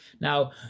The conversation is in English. Now